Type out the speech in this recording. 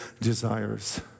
desires